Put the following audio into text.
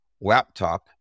laptop